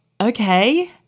okay